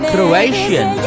Croatian